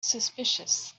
suspicious